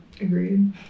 Agreed